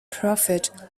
profit